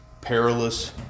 perilous